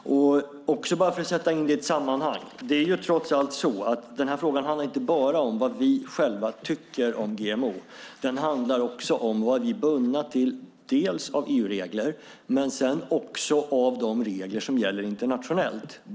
Bara för att sätta in det i ett sammanhang vill jag säga: Det är trots allt så att den här frågan inte bara handlar om vad vi själva tycker om GMO. Den handlar också om vad vi är bundna till av EU-regler men också de regler som gäller internationellt.